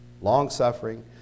long-suffering